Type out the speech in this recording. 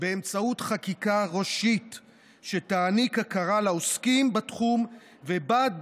אני אומר לך שכנראה החברים שלך והמשפחה שלך